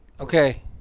Okay